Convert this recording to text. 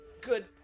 good